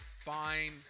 fine